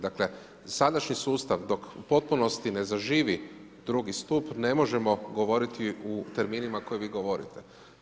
Dakle, sadašnji sustav dok u potpunosti ne zaživi drugi stup, ne možemo govoriti u terminima koje vi govorite.